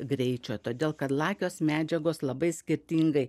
greičio todėl kad lakios medžiagos labai skirtingai